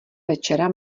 večera